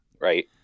right